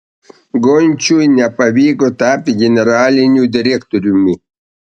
gončiui nepavyko tapti generaliniu direktoriumi